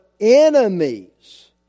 enemies